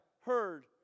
heard